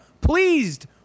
pleased